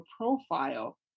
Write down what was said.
profile